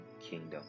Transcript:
kingdom